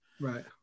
Right